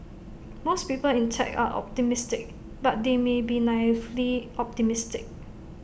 most people in tech are optimistic but they may be naively optimistic